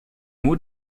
nur